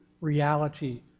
reality